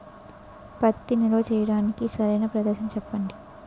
పత్తి నిల్వ చేయటానికి సరైన ప్రదేశం చెప్పండి?